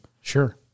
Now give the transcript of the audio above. Sure